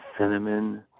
Cinnamon